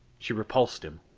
she repulsed him.